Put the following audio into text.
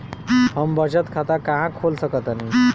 हम बचत खाता कहां खोल सकतानी?